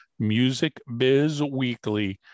MUSICBIZWEEKLY